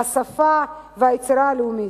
השפה והיצירה הלאומית.